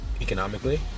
Economically